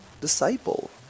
disciple